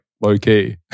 low-key